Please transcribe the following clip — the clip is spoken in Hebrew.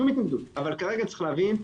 אבל כרגע צריך להבין,